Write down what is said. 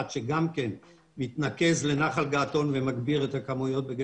שגם כן מתנקז לנחל געתון ומגביר את הכמויות.